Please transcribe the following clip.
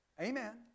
Amen